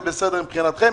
בסדר מבחינתכם,